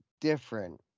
different